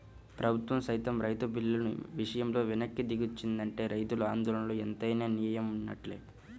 ప్రభుత్వం సైతం రైతు బిల్లుల విషయంలో వెనక్కి దిగొచ్చిందంటే రైతుల ఆందోళనలో ఎంతైనా నేయం వున్నట్లే